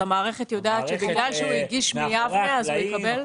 המערכת יודעת שבגלל שהוא הגיש מיבנה אז הוא יקבל?